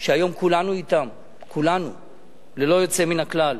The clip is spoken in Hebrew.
שהיום כולנו אתם, כולנו ללא יוצא מן הכלל.